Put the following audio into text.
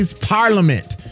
parliament